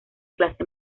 clase